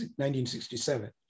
1967